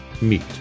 meet